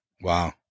wow